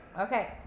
Okay